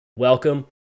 welcome